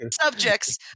subjects